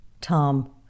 Tom